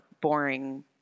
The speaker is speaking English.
boring